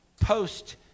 post